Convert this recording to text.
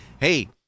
hey